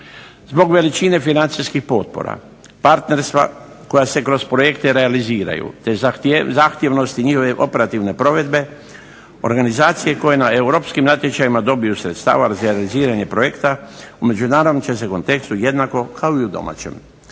Zbog veličine financijskih potpora, partnerstva koja se kroz projekte realiziraju te zahtjevnosti njihove operativne provedbe organizacije koje na europskim natječajima dobiju sredstava za organiziranje projekta u međunarodnom će se kontekstu jednako kao i u domaćem